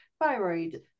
thyroid